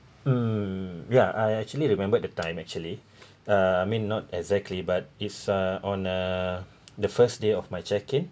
mm yeah I actually remember the time actually uh I mean not exactly but it's uh on uh the first day of my check in